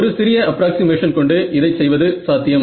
ஒரு சிறிய அப்ராக்ஸிமேஷன் கொண்டு இதைச் செய்வது சாத்தியம்